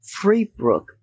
Freebrook